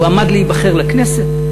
הוא עמד להיבחר לכנסת,